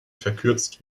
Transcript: verkürzt